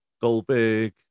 Goldberg